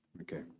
Okay